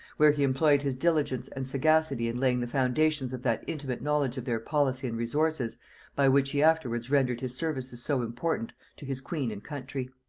where he employed his diligence and sagacity in laying the foundations of that intimate knowledge of their policy and resources by which he afterwards rendered his services so important to his queen and country.